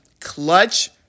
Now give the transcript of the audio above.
clutch